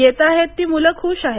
येताहेत ती मुलं खुष आहेत